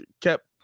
kept